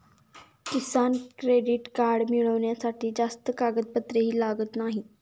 किसान credit card मिळवण्यासाठी जास्त कागदपत्रेही लागत नाहीत